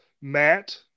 Matt